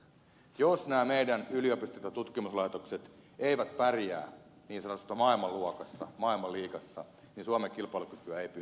jos nämä meidän yliopistot ja tutkimuslaitokset eivät pärjää niin sanotussa maailmanluokassa maailmanliigassa niin suomen kilpala väitti